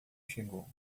chegou